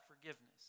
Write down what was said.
forgiveness